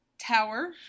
tower